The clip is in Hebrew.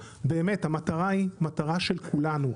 באמת המטרה היא של כולנו,